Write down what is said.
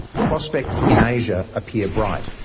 prospects in asia appear bright.